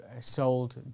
sold